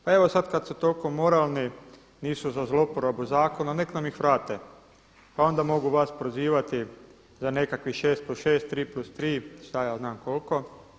Pa evo sada kada su toliko moralni nisu za zloporabu zakona, neka nam ih vrate pa onda mogu vas prozivati za nekakvih 6+6, 3+3 šta ja znam koliko.